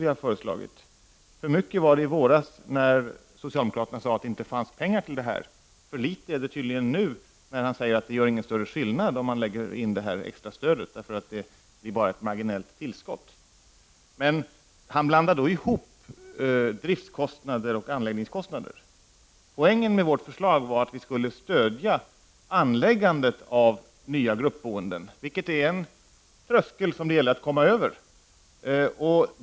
Det var för stort i våras, när socialdemokraterna sade att det inte fanns pengar till detta. Nu är det tydligen för litet, eftersom Bengt Lindqvist säger att det inte gör någon större skillnad om man lägger in detta extrastöd, att det bara blir ett marginellt tillskott. Bengt Lindqvist blandar ihop driftskostnader och anläggningskostnader. Poängen med vårt förslag var att vi skulle stödja anläggandet av nya gruppbostäder. Där finns en tröskel som det gäller att komma över.